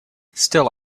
still